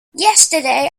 yesterday